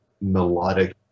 melodic